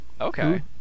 okay